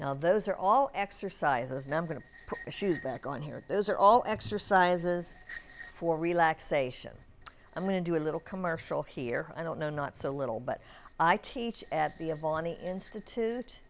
now those are all exercises number of issues that go on here those are all exercises for relaxation i'm going to do a little commercial here i don't know not so little but i teach at the